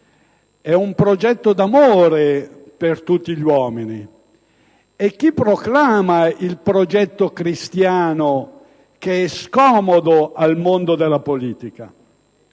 è un progetto d'amore per tutti gli uomini e chi proclama il progetto cristiano è scomodo al mondo della politica.